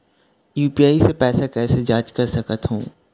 UPI से पैसा कैसे जाँच कर सकत हो?